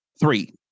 Three